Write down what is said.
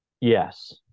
Yes